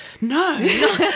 no